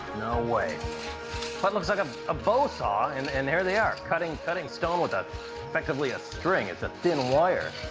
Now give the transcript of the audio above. no way. that looks like um a bow saw, and and here they are cutting cutting stone with effectively a string. it's a thin wire.